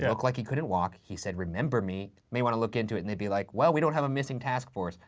yeah looked like he couldn't walk, he said remember me. may wanna look into it. and they'd be like, well, we don't have a missing task force,